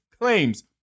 claims